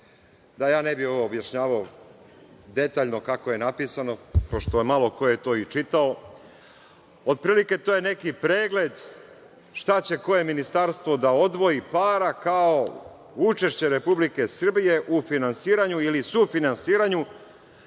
Da ja ne bih ovo objašnjavao detaljno kako je napisano, pošto malo ko je to i čitao, otprilike, to je neki pregled šta će koje ministarstvo da odvoji para kao učešće Republike Srbije u finansiranju ili sufinansiranju,